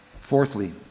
Fourthly